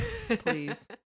Please